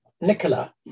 Nicola